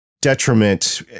detriment